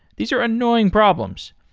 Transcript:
these are annoying problems.